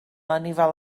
anifail